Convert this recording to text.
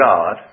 God